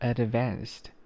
，Advanced